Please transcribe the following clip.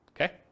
Okay